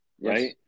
right